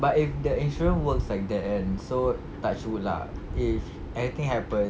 but if the insurance works like that kan so touch wood lah if anything happens